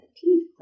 teeth